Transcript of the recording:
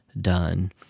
done